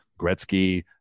Gretzky